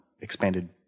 expanded